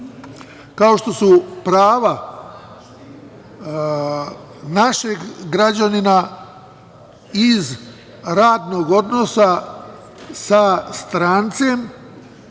kao što su, recimo, prava našeg građanina iz radnog odnosa sa strancem